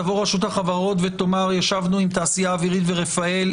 תבוא רשות החברות ותאמר: ישבנו עם התעשייה האווירית ועם רפאל,